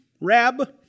Rab